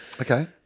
Okay